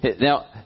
now